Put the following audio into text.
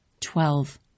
Twelve